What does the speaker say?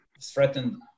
threatened